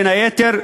בין היתר,